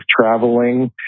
traveling